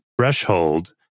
threshold